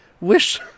wish